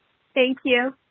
thank you